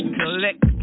collect